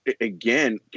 again